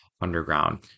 underground